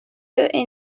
est